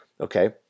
Okay